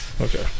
Okay